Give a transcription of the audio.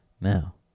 Now